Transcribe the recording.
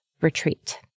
retreat